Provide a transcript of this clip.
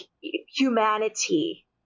humanity